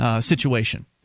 situation